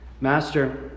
Master